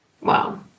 Wow